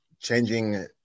changing